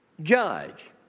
judge